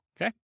okay